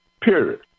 period